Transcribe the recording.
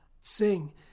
sing